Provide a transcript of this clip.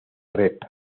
rep